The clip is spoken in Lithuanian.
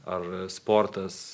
ar sportas